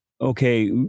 Okay